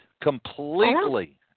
Completely